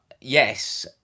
yes